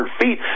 feet